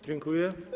Dziękuję.